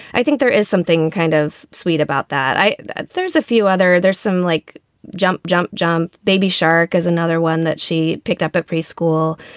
i think there is something kind of sweet about that there's a few other there's some like jump jump jump baby shark is another one that she picked up at preschool.